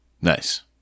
Nice